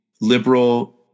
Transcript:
liberal